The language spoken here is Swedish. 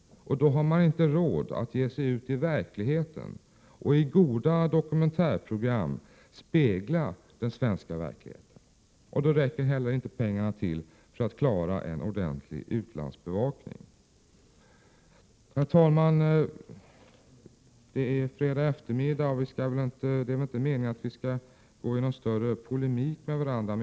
Då har man inte råd att ge sig ut i verkligheten och i goda dokumentärprogram spegla den svenska verkligheten. Då räcker inte heller pengarna till för att klara en ordentlig utlandsbevakning. Herr talman! Det är fredagseftermiddag, och det är väl inte meningen att vi skall gå in i någon direkt polemik med varandra.